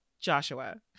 Joshua